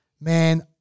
man